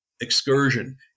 excursion